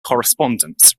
correspondence